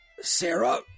Sarah